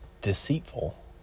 deceitful